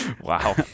wow